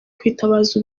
kwitabaza